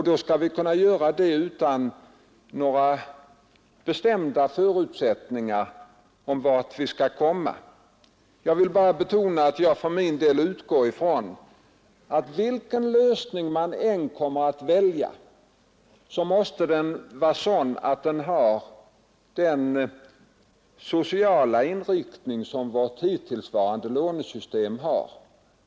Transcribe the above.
Då skall vi kunna göra det utan några bestämda förutsättningar om vart vi skall komma. Jag vill bara betona att jag för min del utgår ifrån att vilken lösning man än kommer att välja så måste den ha den sociala inriktning som vårt hittillsvarande lånesystem har.